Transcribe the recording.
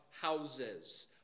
Houses